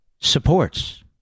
supports